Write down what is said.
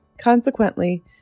Consequently